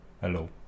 hello